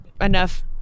enough